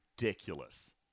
ridiculous